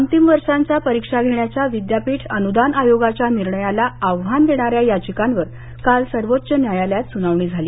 अंतिम वर्षांच्या परीक्षा घेण्याच्या विद्यापीठ अनुदान आयोगाच्या निर्णयाला आव्हान देणाऱ्या याचिकांवर काल सर्वोच्च न्यायालयात सुनावणी झाली